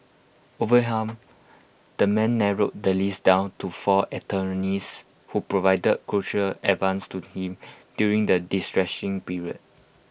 overwhelmed the man narrowed the list down to four attorneys who provided crucial advice to him during the distressing period